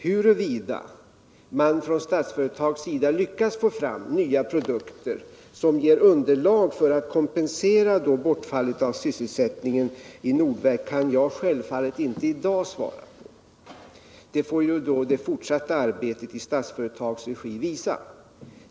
Huruvida Statsföretag lyckas få fram nya produkter, som ger underlag för att kompensera bortfallet av sysselsättningen vid Nordverk, kan jag självfallet inte i dag svara på. Det får det fortsatta arbetet i Statsföretags regi visa.